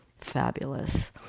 fabulous